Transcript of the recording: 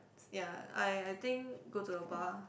ya I I think go to a bar